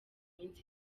minsi